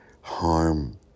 harm